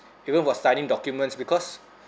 even while studying documents because